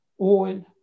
oil